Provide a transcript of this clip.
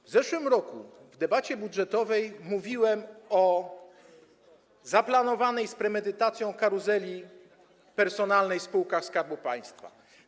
W zeszłym roku w debacie budżetowej mówiłem o zaplanowanej z premedytacją karuzeli personalnej w spółkach Skarbu Państwa.